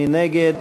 מי נגד?